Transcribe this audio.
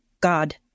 God